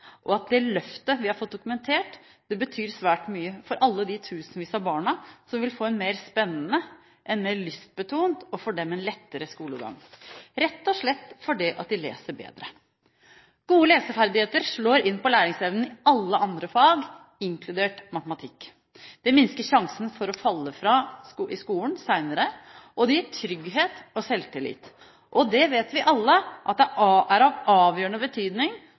og at det løftet vi har fått dokumentert, betyr svært mye for alle de tusenvis av barna som vil få en mer spennende, lystbetont og for dem lettere skolegang – rett og slett fordi de leser bedre. Gode leseferdigheter slår inn på læringsevnen i alle andre fag, inkludert matematikk. Det minsker sjansen for å falle fra i skolen senere, og det gir trygghet og selvtillit. Det vet vi alle at er av avgjørende betydning